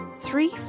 three